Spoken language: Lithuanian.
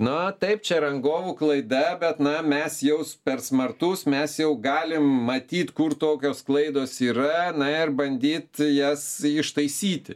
na taip čia rangovų klaida bet na mes jau per smartus mes jau galim matyt kur tokios klaidos yra na ir bandyt jas ištaisyti